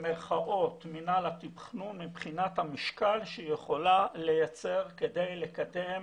מינהל התכנון מבחינת המשקל שהיא יכולה לייצר כדי לקדם